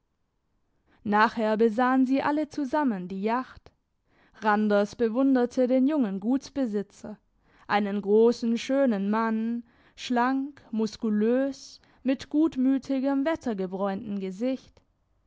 nachher besahen sie alle zusammen die jacht randers bewunderte den jungen gutsbesitzer einen grossen schönen mann schlank muskulös mit gutmütigem wettergebräunten gesicht